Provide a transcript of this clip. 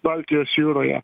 baltijos jūroje